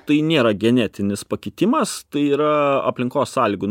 tai nėra genetinis pakitimas tai yra aplinkos sąlygų